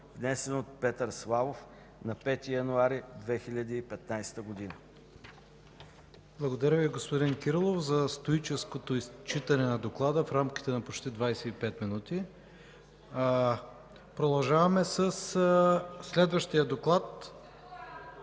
внесен от Петър Славов на 5 януари 2015 г.” ПРЕДСЕДАТЕЛ ИВАН К. ИВАНОВ: Благодаря Ви, господин Кирилов, за стоическото изчитане на доклада в рамките на почти 25 минути. Продължаваме със следващия доклад.